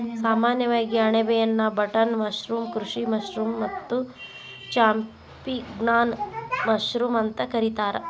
ಸಾಮಾನ್ಯವಾಗಿ ಅಣಬೆಯನ್ನಾ button mushroom, ಕೃಷಿ ಮಶ್ರೂಮ್ ಮತ್ತ ಚಾಂಪಿಗ್ನಾನ್ ಮಶ್ರೂಮ್ ಅಂತ ಕರಿತಾರ